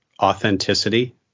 authenticity